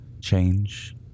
change